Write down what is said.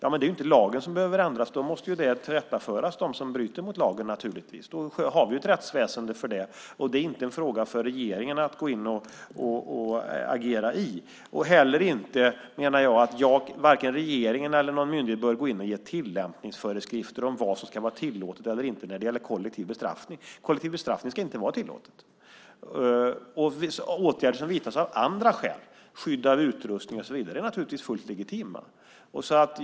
Men det är ju inte lagen som då behöver ändras. Då måste naturligtvis de som bryter mot lagen tillrättaföras. Då har vi ett rättsväsende för det. Det är inte en fråga för regeringen att gå in och agera i. Inte heller, menar jag, bör regeringen eller någon myndighet gå in och ge tillämpningsföreskrifter om vad som ska vara tillåtet eller inte när det gäller kollektiv bestraffning. Kollektiv bestraffning ska inte vara tillåtet. Åtgärder som vidtas av andra skäl, skydd av utrustning och så vidare, är naturligtvis fullt legitima.